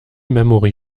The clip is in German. memory